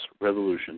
Revolution